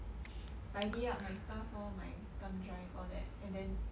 tidy up my stuff lor my thumb drive all that and then